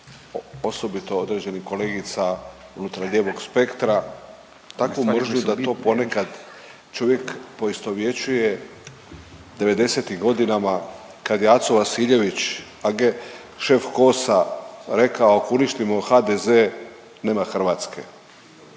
osobito određenih kolegica unutar lijevog spektra, takvu mržnju da to ponekad čovjek poistovjećuje 90-ih godinama kad je Aco Vasiljević, .../nerazumljivo/... šef KOS-a rekao, ako uništimo HDZ, nema Hrvatske.